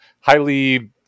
highly